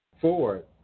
forward